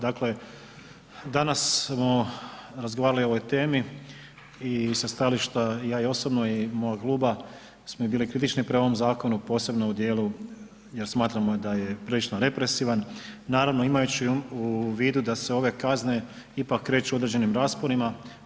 Dakle, danas smo razgovarali o ovoj temi i sa stajališta, ja i osobno i mog kluba smo i bili kritični prema ovom zakonu, posebno u dijelu jer smatramo da je prilično represivan, naravno imajući u vidu da se ove kazne ipak kreću u određenim rasponima.